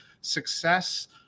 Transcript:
success